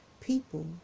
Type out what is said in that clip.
People